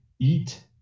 Eat